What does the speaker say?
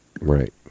Right